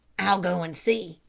i'll go and see,